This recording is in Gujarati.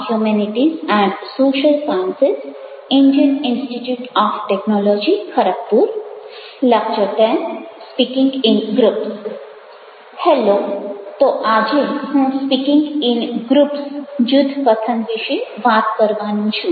હેલ્લો તો આજે હું સ્પીકિંગ ઇન ગ્રૂપ્સ જૂથ કથન વિશે વાત કરવાનો છું